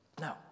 No